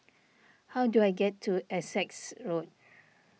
how do I get to Essex Road